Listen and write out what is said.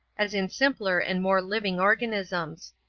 as in simpler and more living organisms.